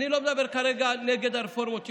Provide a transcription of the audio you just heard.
אני לא מדבר כרגע נגד הרפורמות שנמצאות,